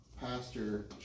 pastor